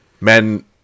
Men